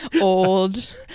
old